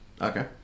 Okay